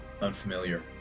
unfamiliar